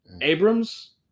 Abrams